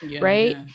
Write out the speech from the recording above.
right